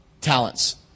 talents